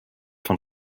von